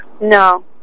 No